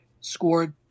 scored